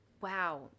Wow